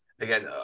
Again